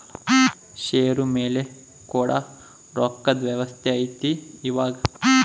ಷೇರು ಮೇಲೆ ಕೂಡ ರೊಕ್ಕದ್ ವ್ಯವಸ್ತೆ ಐತಿ ಇವಾಗ